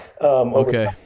Okay